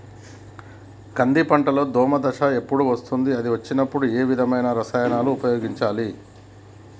కంది పంటలో దోమ దశ ఎప్పుడు వస్తుంది అది వచ్చినప్పుడు ఏ విధమైన రసాయనాలు ఉపయోగించాలి?